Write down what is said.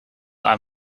aan